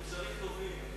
אנחנו בקשרים טובים.